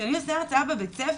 כשאני עושה הרצאה בבית ספר,